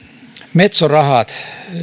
metso rahat